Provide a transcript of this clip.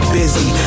busy